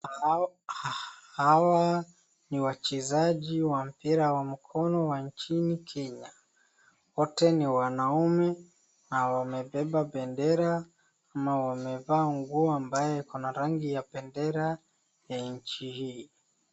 Hawa, hawa ni wachezaji wa mpira wa mkono wa nchini Kenya. Wote ni wanaume na wamebeba bendera, ama wamevaa nguo ambaye iko na rangi ya bendera ya nchi hii.